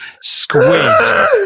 squid